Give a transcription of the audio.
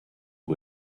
who